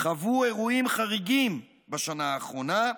חוו אירועים חריגים בשנה האחרונה,